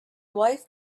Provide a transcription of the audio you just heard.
wife